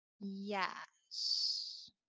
yes